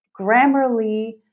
Grammarly